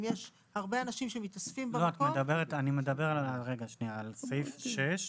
אם יש הרבה אנשים שמתאספים במקום --- אני מדבר על תקנת משנה (6),